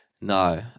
No